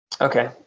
Okay